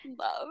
Love